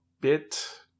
bit